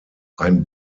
ein